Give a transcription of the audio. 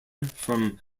from